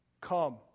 Come